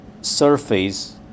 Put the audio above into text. surface